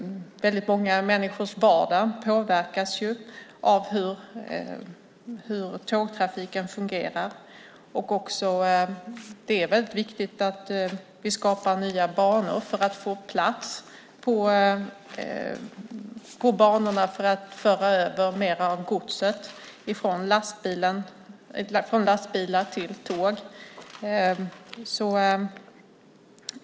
Många människors vardag påverkas av hur tågtrafiken fungerar. Det är viktigt att vi också bygger nya banor för att få plats med fler tåg så att vi kan föra över mer gods från lastbilar till tåg.